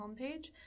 homepage